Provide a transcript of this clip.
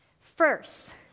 First